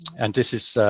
and this is